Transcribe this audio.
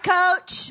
coach